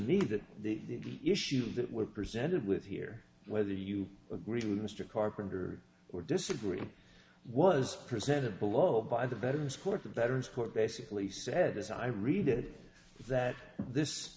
me that the issues that we're presented with here whether you agree with mr carpenter or disagree was presented below by the veterans court the veterans court basically said as i read it that this